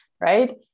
Right